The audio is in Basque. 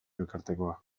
elkartekoa